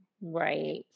right